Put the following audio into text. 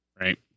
right